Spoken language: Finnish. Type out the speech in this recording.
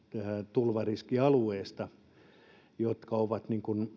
tulvariskialueesta jotka ovat